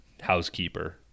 housekeeper